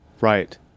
Right